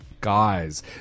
guys